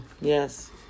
yes